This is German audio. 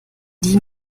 die